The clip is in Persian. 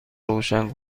روشن